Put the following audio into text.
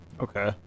Okay